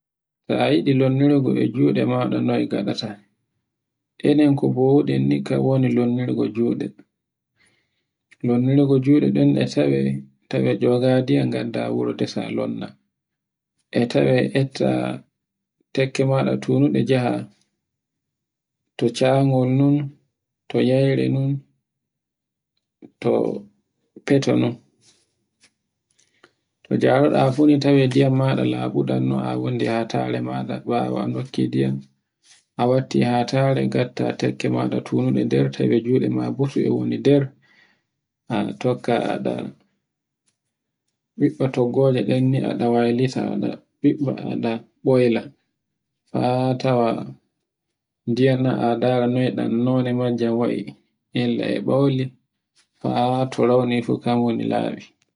T yiɗi lonnirge e juɗe maɗa noy ngaɗata, enen ko buwuɗen ni kan woni lonnirgo juɗe, nonnirgojuɗe ɗen e tawe ego ndiyam ngadda wuro desa wonna, e tawe etta tekkemaɗa tunuɗe jaha, to jangol non to yayre non, fete non. To jareɗa fu no tawe ndiyam maɗa laɓudan no a wunde hatare maɗa ɓawo a nokki ndiyam, a watti hatare a tekke maɗa tununde nder tawe juɗe ma batu e womni nder. ha tokka a waɗa beɗɗo toggoje ɗen ni ada waylita ada ɓoyla fa tawa ndiyan ɗan a ndara, noy ɗan none majje wa'e, illa e ɓawli, fa to rawni fu kan woni laɓi.